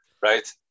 right